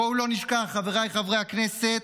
בואו לא נשכח, חבריי חברי הכנסת,